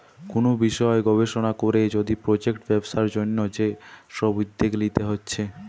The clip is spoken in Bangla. কুনু বিষয় গবেষণা কোরে যদি প্রজেক্ট ব্যবসার জন্যে যে সব উদ্যোগ লিতে হচ্ছে